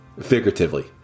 Figuratively